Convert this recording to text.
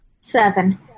Seven